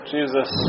Jesus